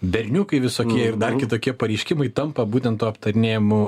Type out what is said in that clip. berniukai visokie ir dar kitokie pareiškimai tampa būtent tuo aptarinėjamu